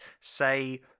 say